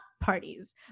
parties